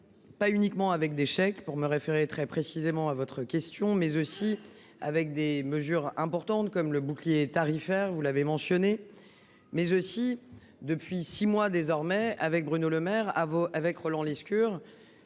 pas uniquement avec des chèques, pour reprendre très précisément votre question, mais aussi avec des mesures importantes comme le bouclier tarifaire, que vous avez mentionné. En outre, depuis six mois, avec Bruno Le Maire et Roland Lescure,